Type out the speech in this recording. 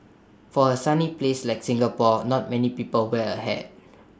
for A sunny place like Singapore not many people wear A hat